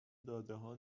دادهها